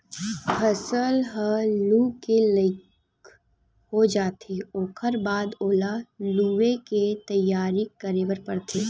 फसल ह लूए के लइक हो जाथे ओखर बाद ओला लुवे के तइयारी करे बर परथे